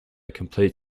complete